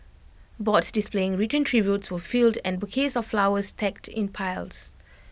boards displaying written tributes were filled and bouquets of flowers stacked in piles